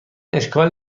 اشکال